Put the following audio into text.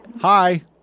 hi